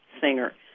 singer